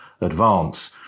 advance